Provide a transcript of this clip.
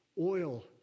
oil